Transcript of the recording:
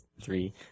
three